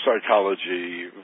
psychology